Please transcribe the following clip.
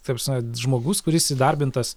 ta prasme žmogus kuris įdarbintas